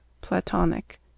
Platonic